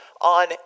on